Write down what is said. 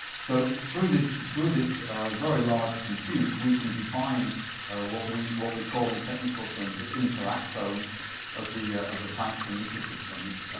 so through this through this very large compute, we can define what we what we call in technical terms the interactome of the the plankton ecosystems.